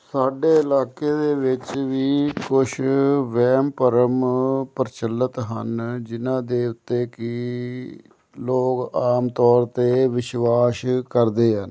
ਤੁਹਾਡੇ ਇਲਾਕੇ ਦੇ ਵਿੱਚ ਵੀ ਕੁਛ ਵਹਿਮ ਭਰਮ ਪ੍ਰਚਲਿਤ ਹਨ ਜਿਹਨਾਂ ਦੇ ਉੱਤੇ ਕਿ ਲੋਕ ਆਮ ਤੌਰ 'ਤੇ ਵਿਸ਼ਵਾਸ ਕਰਦੇ ਹਨ